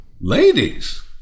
ladies